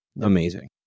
amazing